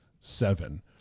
seven